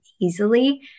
easily